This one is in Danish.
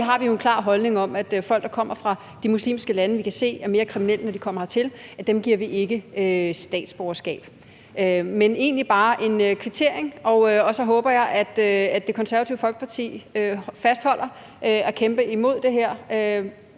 har vi jo en klar holdning om, at folk, der kommer fra de muslimske lande, og som vi kan se er kriminelle, når de kommer hertil, giver vi ikke statsborgerskab. Men det er egentlig bare en kvittering, og så håber jeg, at Det Konservative Folkeparti fastholder at kæmpe imod det her.